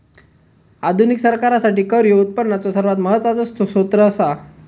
आधुनिक सरकारासाठी कर ह्यो उत्पनाचो सर्वात महत्वाचो सोत्र असा